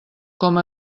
com